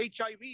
HIV